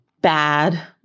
bad